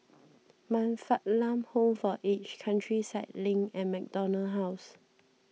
Man Fatt Lam Home for Aged Countryside Link and MacDonald House